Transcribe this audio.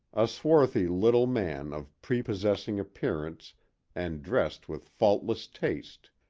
a swarthy little man of prepossessing appearance and dressed with faultless taste,